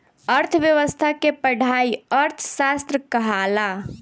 अर्थ्व्यवस्था के पढ़ाई अर्थशास्त्र कहाला